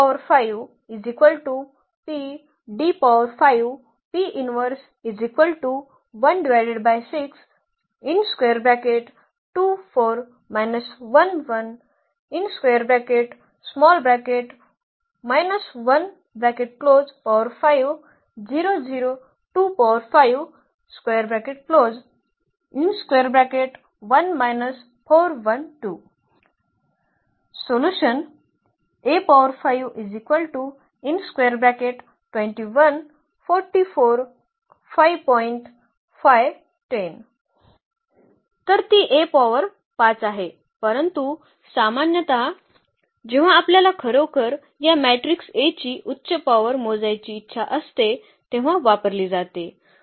तर ती A power 5 आहे परंतु सामान्यत जेव्हा आपल्याला खरोखर या मॅट्रिक्स A ची उच्च पॉवर मोजायची इच्छा असते तेव्हा वापरली जाते